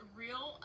real